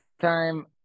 time